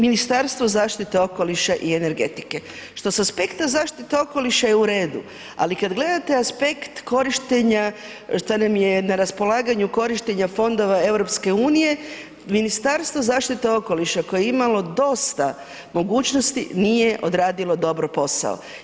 Ministarstvo zaštite okoliša i energetike, što sa aspekta zaštite okoliša je u redu ali kada gledate aspekt korištenja šta nam je na raspolaganju korištenja fondova EU Ministarstvo zaštite okoliša koje je imalo dosta mogućnost nije odradilo dobro posao.